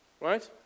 right